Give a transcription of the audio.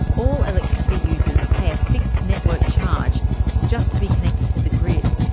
all electricity users pay a fixed network charge just to be connected to the grid.